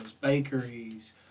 bakeries